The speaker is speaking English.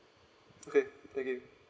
okay thank you